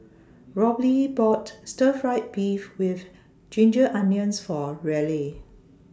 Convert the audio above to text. Robley bought Stir Fry Beef with Ginger Onions For Raleigh